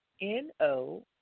N-O-